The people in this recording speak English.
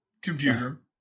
computer